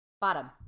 Bottom